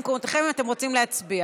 למקומותיכם אם אתם רוצים להצביע.